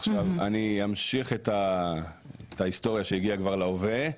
עכשיו אני אמשיך את ההיסטוריה שהגיעה כבר להווה,